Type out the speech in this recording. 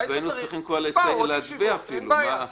אין בעיה.